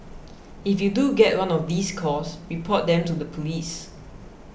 if you do get one of these calls report them to the police